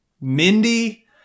Mindy